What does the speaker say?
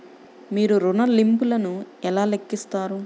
మీరు ఋణ ల్లింపులను ఎలా లెక్కిస్తారు?